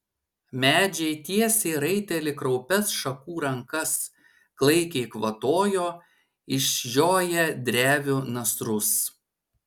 medžiai tiesė į raitelį kraupias šakų rankas klaikiai kvatojo išžioję drevių nasrus